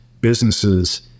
businesses